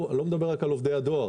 אני לא מדבר רק על עובדי הדואר,